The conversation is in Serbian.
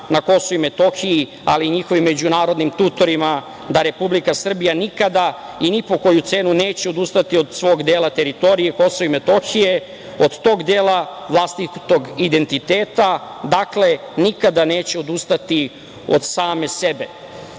na Kosovu i Metohiji, ali i njihovim međunarodnim tutorima, da Republika Srbija nikada i ni po koju cenu neće odustati od svog dela teritorije - Kosova i Metohije, od tog dela vlastitog identiteta, dakle, nikada neće odustati od same sebe. Cilj